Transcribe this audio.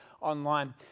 online